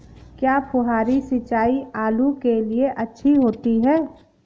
क्या फुहारी सिंचाई आलू के लिए अच्छी होती है?